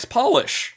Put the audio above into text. polish